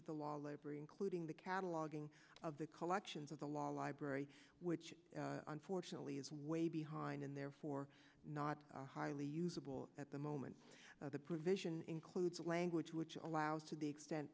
of the law library including the cataloguing of the collections of the law library which unfortunately is way behind and therefore not highly usable at the moment the provision includes language which allows to the extent